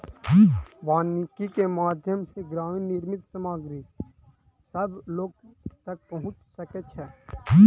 वानिकी के माध्यम सॅ ग्रामीण निर्मित सामग्री सभ लोक तक पहुँच सकै छै